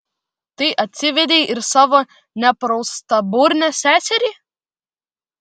tai atsivedei ir savo nepraustaburnę seserį